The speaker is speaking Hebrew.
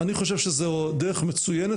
אני חושב שזו דרך מצוינת,